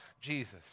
Jesus